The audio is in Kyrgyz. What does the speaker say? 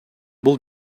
бул